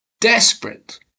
desperate